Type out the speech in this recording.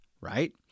right